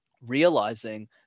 realizing